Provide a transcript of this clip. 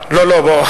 לא,